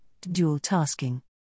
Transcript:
dual-tasking